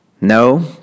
No